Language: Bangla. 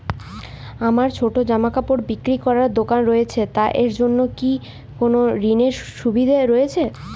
আমার ছোটো জামাকাপড় বিক্রি করার দোকান রয়েছে তা এর জন্য কি কোনো ঋণের সুবিধে রয়েছে?